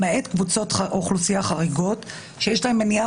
למעט קבוצות אוכלוסייה חריגות שיש להן מניעה